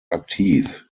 aktiv